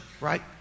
right